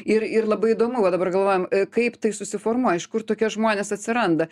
ir ir labai įdomu va dabar galvojam kaip tai susiformuoja iš kur tokie žmonės atsiranda